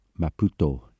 Maputo